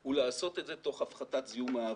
הוא לעשות את זה תוך הפחתת זיהום האוויר.